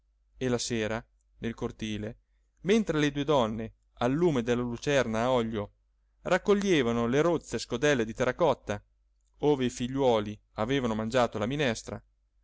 e la sera nel cortile mentre le due donne al lume della lucerna a olio raccoglievano le rozze scodelle di terracotta ove i figliuoli avevano mangiato la minestra